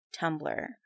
Tumblr